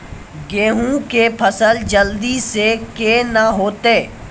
गेहूँ के फसल जल्दी से के ना होते?